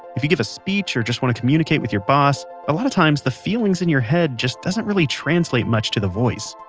if you give a speech or just want to communicate with your boss, a lot of the times the feelings in your head just doesn't really translate much to the voice.